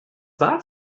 war